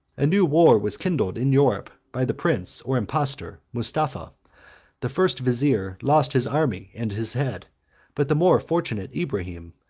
a new war was kindled in europe by the prince, or impostor, mustapha the first vizier lost his army and his head but the more fortunate ibrahim,